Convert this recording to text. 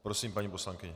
Prosím, paní poslankyně.